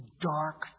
dark